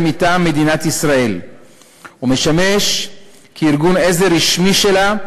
מטעם מדינת ישראל ומשמש כארגון עזר רשמי שלה,